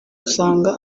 usanga